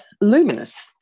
luminous